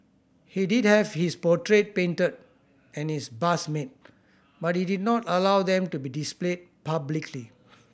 he did have his portrait painted and his bust made but he did not allow them to be displayed publicly